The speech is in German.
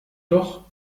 doch